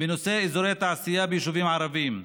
בנושא אזורי התעשייה ביישובים הערביים.